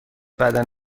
بدن